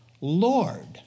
lord